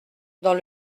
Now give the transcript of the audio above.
dans